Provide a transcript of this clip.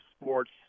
sports